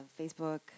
Facebook